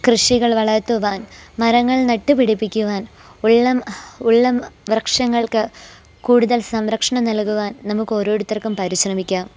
കൃഷികൾ വളർത്തുവാൻ മരങ്ങൾ നട്ട്പിടിപ്പിക്കുവാൻ ഉള്ള ഉള്ള വൃക്ഷങ്ങൾക്ക് കൂട്തൽ സംരക്ഷണം നൽകുവാൻ നമുക്കോരോരുത്തർക്കും പരിശ്രമിക്കാം